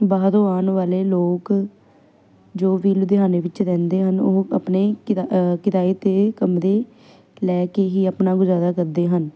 ਬਾਹਰੋਂ ਆਉਣ ਵਾਲੇ ਲੋਕ ਜੋ ਵੀ ਲੁਧਿਆਣੇ ਵਿੱਚ ਰਹਿੰਦੇ ਹਨ ਉਹ ਆਪਣੇ ਕਿਰਾ ਕਿਰਾਏ ਤੇ ਕਮਰੇ ਲੈ ਕੇ ਹੀ ਆਪਣਾ ਗੁਜਾਰਾ ਕਰਦੇ ਹਨ